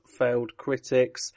failedcritics